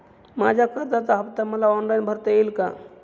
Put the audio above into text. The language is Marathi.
माझ्या कर्जाचा हफ्ता मला ऑनलाईन भरता येईल का?